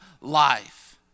life